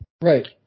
Right